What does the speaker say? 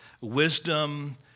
wisdom